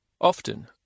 Often